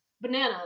bananas